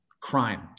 crime